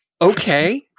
Okay